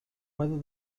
whether